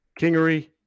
Kingery